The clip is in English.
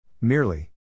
Merely